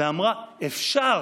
ואמרה: אפשר,